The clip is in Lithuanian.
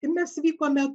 ir mes vykome